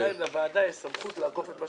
השאלה אם לוועדה יש סמכות לעקוף את זה.